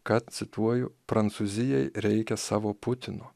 kad cituoju prancūzijai reikia savo putino